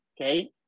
okay